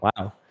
wow